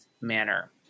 manner